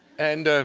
and